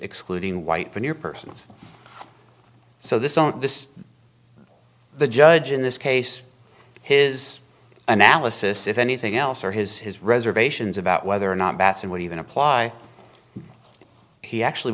excluding white from your persons so this won't this the judge in this case his analysis if anything else or his his reservations about whether or not batson would even apply he actually